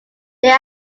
there